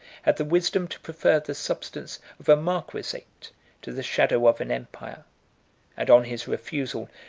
had the wisdom to prefer the substance of a marquisate to the shadow of an empire and on his refusal,